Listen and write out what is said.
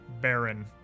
Baron